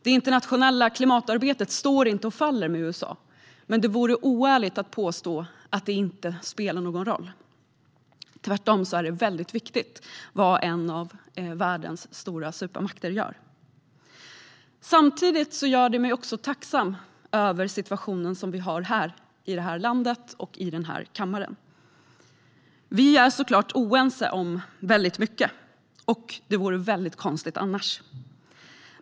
Det internationella klimatarbetet står och faller inte med USA, men det vore oärligt att påstå att det inte spelar någon roll. Tvärtom är det viktigt vad en av världens stora supermakter gör. Samtidigt gör det mig också tacksam över situationen i det här landet och i kammaren. Vi är såklart oense om mycket. Det vore konstigt annars.